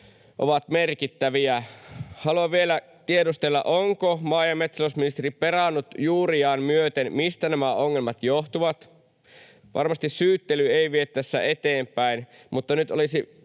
ovat merkittäviä. Haluan vielä tiedustella: Onko maa- ja metsätalousministeri perannut juuriaan myöten, mistä nämä ongelmat johtuvat? Varmasti syyttely ei vie tässä eteenpäin, mutta nyt olisi